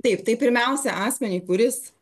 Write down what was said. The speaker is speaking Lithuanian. taip tai pirmiausia asmeniui kuris